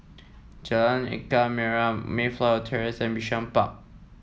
Jalan Ikan Merah Mayflower Terrace and Bishan Park